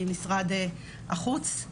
ממשרד החוץ,